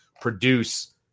produce